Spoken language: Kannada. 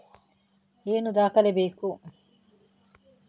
ಏನು ದಾಖಲೆ ಬೇಕು?